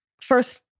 First